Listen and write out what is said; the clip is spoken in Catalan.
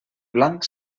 blanc